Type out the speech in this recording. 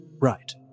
right